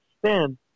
spin